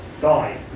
die